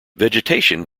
vegetation